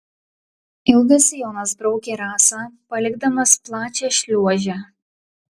ilgas sijonas braukė rasą palikdamas plačią šliuožę